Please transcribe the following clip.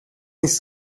nicht